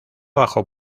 bajo